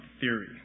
theory